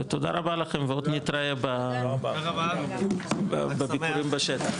תודה רבה לכם ועוד נתראה בביקורים בשטח.